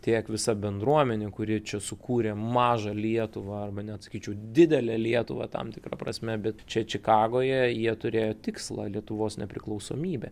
tiek visa bendruomenė kuri čia sukūrė mažą lietuvą arba net sakyčiau didelę lietuva tam tikra prasme bet čia čikagoje jie turėjo tikslą lietuvos nepriklausomybę